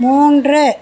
மூன்று